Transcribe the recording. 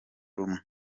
rumwe